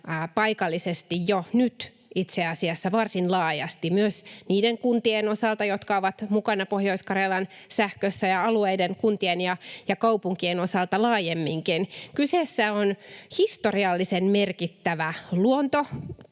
paikallisesti jo nyt, itse asiassa varsin laajasti, myös niiden kuntien osalta, jotka ovat mukana Pohjois-Karjalan Sähkössä, ja alueiden, kuntien ja kaupunkien osalta laajemminkin. Kyseessä on historiallisen merkittävä luontoteko